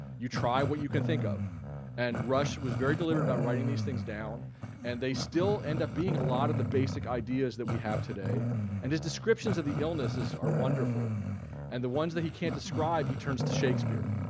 you try what you can think of and rush was very deliberate about writing these things down and they still end up being a lot of the basic ideas that we have today and his descriptions of the illnesses are wonderful and the ones that he can't describe he turns to shakespeare